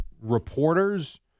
reporters